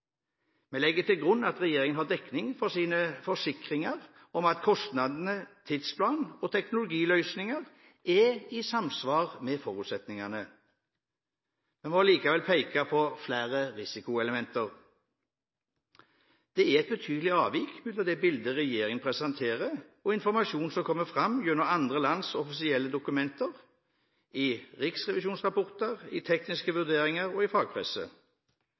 Vi legger til grunn at regjeringen har dekning for sine forsikringer om at kostnader, tidsplan og teknologiløsninger er i samsvar med forutsetningene. Vi må likevel peke på flere risikoelementer: Det er et betydelig avvik mellom det bildet regjeringen presenterer og informasjonen som kommer fram gjennom andre lands offisielle dokumenter, i riksrevisjonsrapporter, i tekniske vurderinger og i